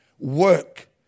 Work